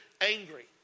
angry